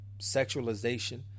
sexualization